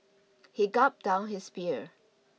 he gulped down his beer